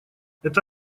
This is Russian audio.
это